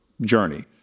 journey